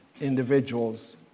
individuals